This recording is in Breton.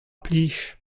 plij